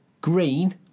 Green